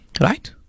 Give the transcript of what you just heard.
right